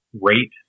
rate